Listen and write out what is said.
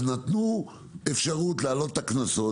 אז נתנו אפשרות להעלות את הקנסות,